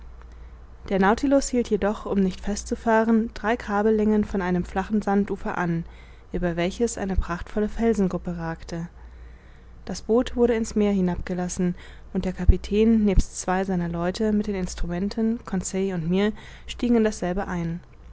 der nautilus hielt jedoch um nicht fest zu fahren drei kabellängen von einem flachen sandufer an über welches eine prachtvolle felsengruppe ragte das boot wurde in's meer hinabgelassen und der kapitän nebst zwei seiner leute mit den instrumenten conseil und mir stiegen in dasselbe ein